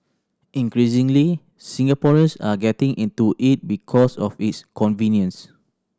increasingly Singaporeans are getting into it because of its convenience